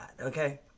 okay